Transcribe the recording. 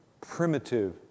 primitive